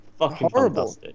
horrible